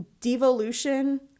devolution